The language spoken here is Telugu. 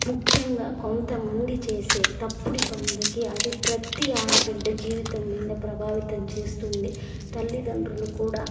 ముఖ్యంగా కొంతమంది చేసే తప్పుడి పనులకి అది ప్రతి ఆడబిడ్డ జీవితం మీద ప్రభావితం చేస్తుంది తల్లిదండ్రులు కూడా